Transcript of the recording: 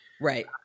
Right